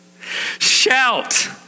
Shout